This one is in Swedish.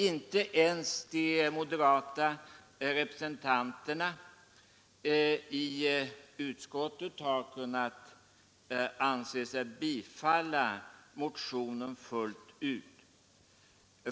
Inte ens de moderata representanterna i utskottet har ansett sig kunna tillstyrka motionen fullt ut.